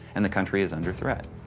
and the country is under threat.